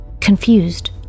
Confused